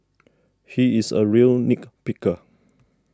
he is a real nit picker